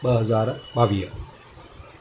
ॿ हज़ार ॿावीह